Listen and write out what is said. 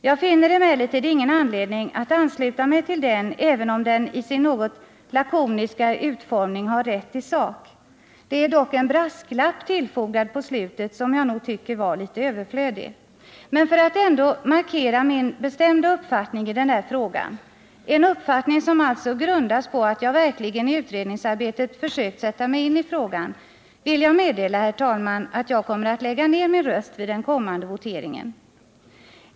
Jag finner emellertid ingen anledning att ansluta mig till den, även om den i sin något lakoniska utformning har rätt i sak. Det är dock en brasklapp tillfogad på slutet, som jag nog tycker var litet överflödig. Men för att ändå markera min bestämda uppfattning i den här frågan — en uppfattning som alltså grundas på att jag verkligen i utredningsarbetet försökt sätta mig in i frågan — vill jag meddela, herr talman, att jag kommer att lägga ned min röst vid den kommande voteringen.